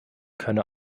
könne